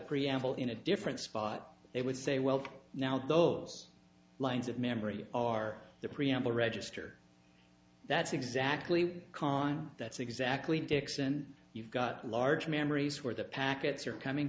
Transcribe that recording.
preamble in a different spot they would say well now those lines of memory are the preamble register that's exactly cause that's exactly dixon you've got large memories where the packets are coming